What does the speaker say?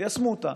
תיישמו אותה,